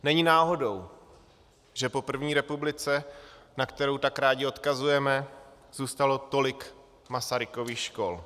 Není náhodou, že po první republice, na kterou tak rádi odkazujeme, zůstalo tolik Masarykových škol.